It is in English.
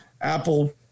Apple